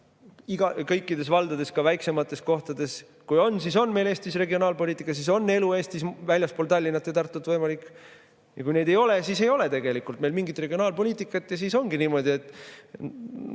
kõikides valdades, ka väiksemates kohtades? Kui on, siis on meil Eestis regionaalpoliitika, siis on elu Eestis väljaspool Tallinna ja Tartut võimalik. Ja kui neid ei ole, siis ei ole tegelikult meil mingit regionaalpoliitikat. Siis ongi niimoodi, et